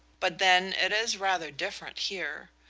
but then it is rather different here.